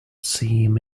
seem